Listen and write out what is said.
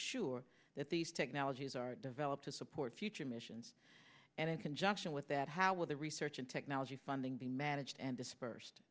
assure that these technologies are developed to support future missions and in conjunction with that how will the research and technology funding be managed and dispersed